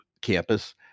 campus